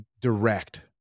direct